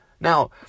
Now